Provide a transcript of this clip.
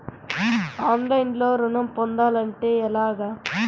ఆన్లైన్లో ఋణం పొందాలంటే ఎలాగా?